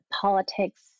politics